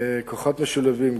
כוחות משולבים,